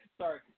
sorry